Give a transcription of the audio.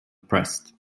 pressed